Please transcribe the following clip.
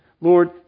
Lord